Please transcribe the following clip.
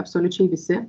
absoliučiai visi